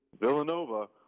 Villanova